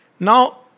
Now